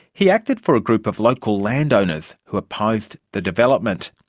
he acted for a group of local landowners who opposed the development.